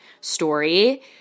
story